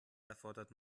erfordert